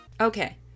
Okay